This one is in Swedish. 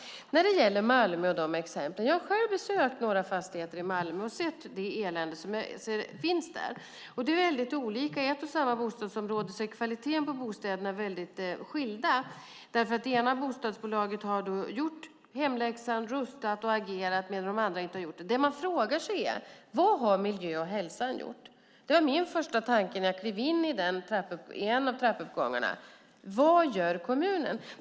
När det gäller exemplen från Malmö kan jag säga att jag själv har besökt några fastigheter och sett det elände som finns där. Det är väldigt olika. I ett och samma bostadsområde skiljer sig kvaliteten på bostäderna mycket åt därför att det ena bostadsbolaget har gjort hemläxan, rustat och agerat, medan det andra inte har gjort det. Det man frågar sig är: Vad har miljö och hälsoskyddsnämnden gjort? Det var min första tanke när jag klev in i en av trappuppgångarna. Vad gör kommunen?